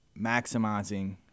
maximizing